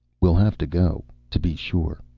we'll have to go. to be sure.